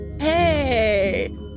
hey